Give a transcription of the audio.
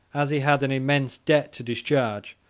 as he had an immense debt to discharge,